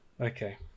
Okay